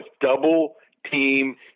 double-team